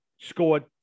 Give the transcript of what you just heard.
scored –